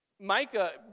Micah